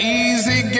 easy